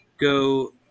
go